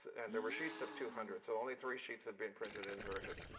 and there were sheets of two hundred so only three sheets had been printed inverted.